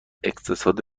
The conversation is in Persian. اقتصاد